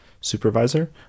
supervisor